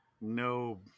No